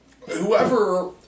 Whoever